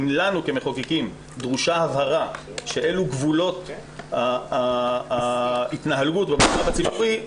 אם לנו כמחוקקים דרושה הבהרה שאלו גבולות ההתנהלות במרחב הציבורי,